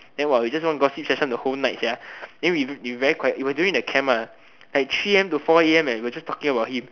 then while we just one gossip session the whole night sia then we we very quiet it was during the camp ah like three a_m to four a_m and we were just talking about him